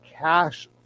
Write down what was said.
cash